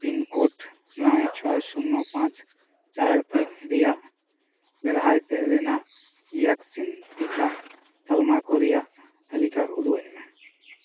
pincode ᱱᱚᱭ ᱪᱷᱚᱭ ᱥᱩᱱᱱᱚ ᱯᱟᱸᱪ ᱪᱟᱨ ᱛᱤᱱ ᱨᱮᱭᱟᱜ ᱵᱮᱲᱦᱟᱭ ᱛᱮ ᱨᱮᱱᱟᱜ ᱤᱭᱮᱠᱥᱤᱱ ᱴᱤᱠᱟ ᱠᱟᱞᱢᱟ ᱠᱚ ᱨᱮᱭᱟᱜ ᱛᱟ ᱞᱤᱠᱟ ᱩᱫᱩᱜᱽ ᱟ ᱧ ᱢᱮ